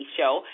Show